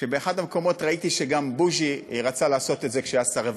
באחד המקומות ראיתי שגם בוז'י רצה לעשות את זה כשהיה שר הרווחה.